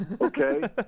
Okay